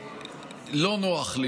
לא נוח לי,